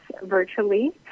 virtually